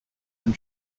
and